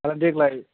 आरो देग्लाय